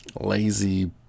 lazy